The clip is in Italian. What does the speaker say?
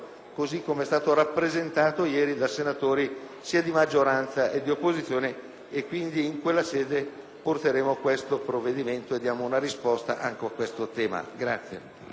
così com'è stato rappresentato ieri da senatori sia di maggioranza sia di opposizione. In quella sede porteremo questo provvedimento e daremo una risposta anche a questo tema.